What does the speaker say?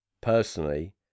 personally